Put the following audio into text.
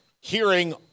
hearing